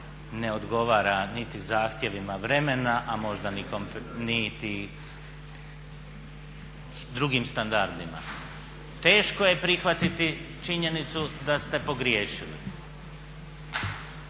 ne odgovara niti zahtjevima vremena a možda niti drugim standardima. Teško je prihvatiti činjenicu da ste pogriješili,